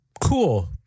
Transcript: Cool